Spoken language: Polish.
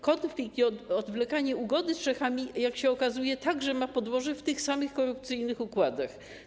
Konflikt i odwlekanie ugody z Czechami, jak się okazuje, także mają podłoże w tych samych korupcyjnych układach.